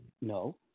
No